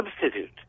substitute